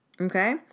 Okay